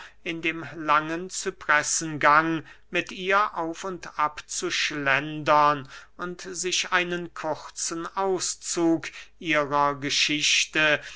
in dem langen cypressengang mit ihr auf und ab zu schlendern und sich einen kurzen auszug ihrer geschichte